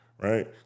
right